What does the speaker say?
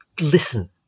listen